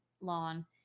lawn